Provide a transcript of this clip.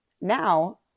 Now